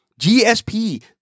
GSP